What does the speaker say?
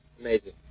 Amazing